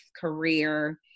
career